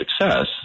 success